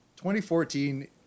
2014